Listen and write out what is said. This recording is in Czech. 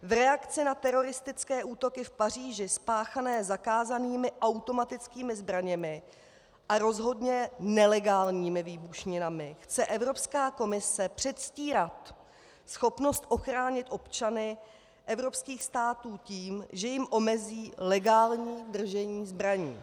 V reakci na teroristické útoky v Paříži spáchané zakázanými automatickými zbraněmi a rozhodně nelegálními výbušninami chce Evropská komise předstírat schopnost ochránit občany evropských států tím, že jim omezí legální držení zbraní.